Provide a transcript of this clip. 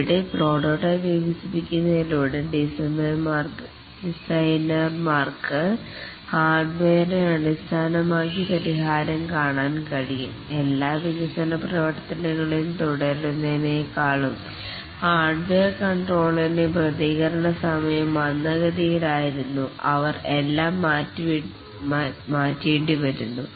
ഇവിടെ പ്രോട്ടോടൈപ്പ് വികസിപ്പിച്ചെടുക്കുന്നതിലൂടെ ഡിസൈനർമാർക്ക് ഹാർഡ്വെയറിനെ അടിസ്ഥാനമാക്കി പരിഹാരം കാണാൻ കഴിയും എല്ലാ വികസന പ്രവർത്തനങ്ങളിലും തുടരുന്നതിനെ കാളും ഹാർഡ്വെയർ കൺട്രോളർറിന്റെ പ്രതികരണ സമയം മന്ദഗതിയിലായിരുന്നു അവർ എല്ലാം മാറ്റേണ്ടി വരുന്നു